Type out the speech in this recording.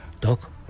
doc